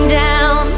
down